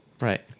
Right